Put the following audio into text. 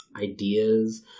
ideas